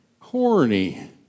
horny